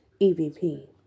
EVP